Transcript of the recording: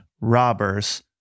robbers